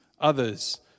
others